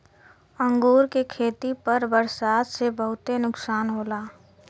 अंगूर के खेती पर बरसात से बहुते नुकसान होला